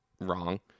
wrong